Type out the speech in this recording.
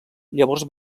llavors